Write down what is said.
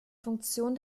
funktion